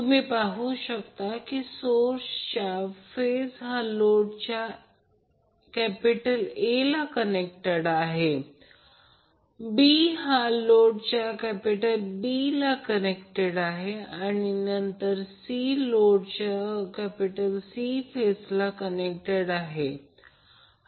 तुम्ही पाहू शकता की सोर्सचा फेज हा लोडच्या A ला कनेक्टेड आहे b हा लोडच्या B ला कनेक्टेड आहे आणि नंतर c लोडच्या C फेजला कनेक्टेड आहे